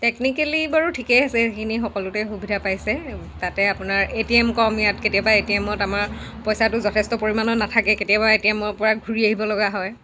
technically বাৰু ঠিকেই আছে সেইখিনি সকলোতে সুবিধা পাইছে তাতে আপোনাৰ এ টি এম কম কেতিয়াবা এ টি এমত আমাৰ পইচাটো যথেষ্ট পৰিমাণৰ নাথাকে কেতিয়াবা এ টি এমৰ পৰা ঘূৰি আহিবলগা হয়